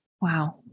Wow